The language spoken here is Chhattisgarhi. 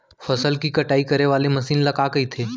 फसल की कटाई करे वाले मशीन ल का कइथे?